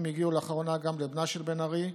הגיעו לאחרונה גם לבנה של בן-ארי.